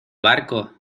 barco